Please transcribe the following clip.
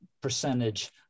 percentage